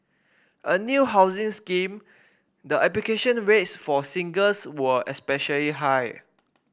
a new housing scheme the application rates for singles were especially high